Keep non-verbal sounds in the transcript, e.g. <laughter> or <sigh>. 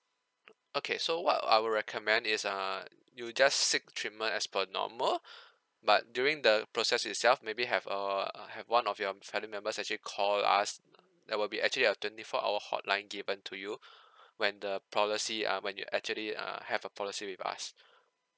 okay so what I would recommend is uh you just seek treatment as per normal <breath> but during the process itself maybe have a uh have one of your family members actually call us there will be actually a twenty four hour hotline given to you <breath> when the policy uh when you actually err have a policy with us